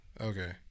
okay